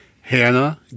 Hannah